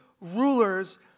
rulers